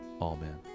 amen